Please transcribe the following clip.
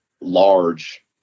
large